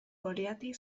goliati